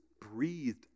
breathed